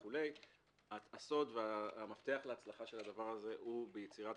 הסוד והמפתח להצלחה הוא ביצירת